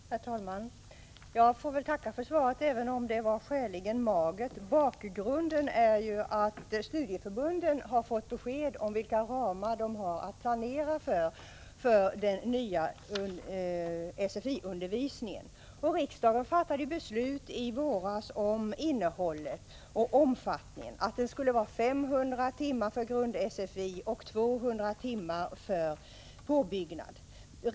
Herr talman! Jag får väl tacka för svaret även om det var skäligen magert. Bakgrunden är ju att studieförbunden har fått besked om vilka ramar de har att planera för beträffande den nya sfi-undervisningen. Riksdagen fattade i våras beslut om innehållet i och omfattningen av den undervisningen. Det skulle vara 500 timmar för grund-sfi och 200 timmar för påbyggnads-sfi.